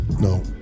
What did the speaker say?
No